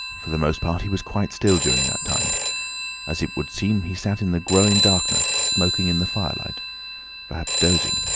for the most part he was quite still during that time it would seem he sat in the growing darkness smoking in the firelight perhaps dozing.